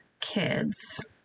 kids